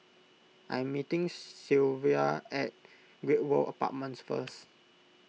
I'm meeting Sylva at Great World Apartments first